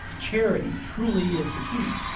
charity truly is the key.